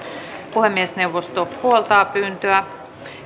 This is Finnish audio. puhemiesneuvosto puoltaa pyyntöä